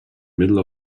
middle